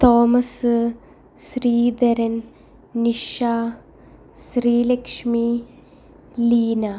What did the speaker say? Thomas Sreedharan Nisha Sreelakshmi Leena